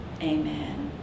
Amen